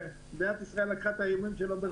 ומדינת ישראל לקחה את האיומים שלו ברצינות.